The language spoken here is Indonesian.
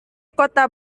kota